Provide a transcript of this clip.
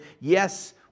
Yes